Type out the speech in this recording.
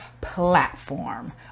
Platform